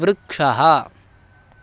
वृक्षः